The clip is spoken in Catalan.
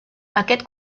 aquest